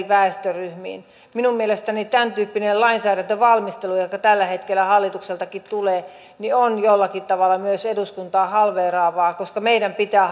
väestöryhmiin minun mielestäni tämäntyyppinen lainsäädäntövalmistelu joka tällä hetkellä hallitukseltakin tulee on jollakin tavalla myös eduskuntaa halveeraavaa koska meidän pitää